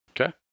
Okay